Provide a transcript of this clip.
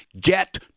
get